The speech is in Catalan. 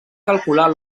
calcular